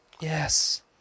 Yes